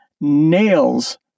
nails